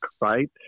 right